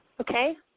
Okay